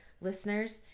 Listeners